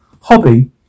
hobby